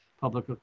public